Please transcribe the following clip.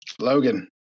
Logan